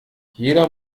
jeder